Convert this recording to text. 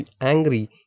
angry